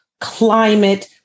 climate